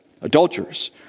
adulterers